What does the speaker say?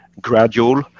gradual